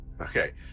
Okay